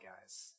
guys